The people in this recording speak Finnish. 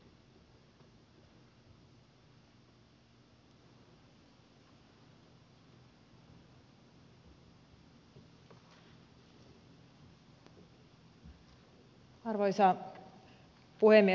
arvoisa puhemies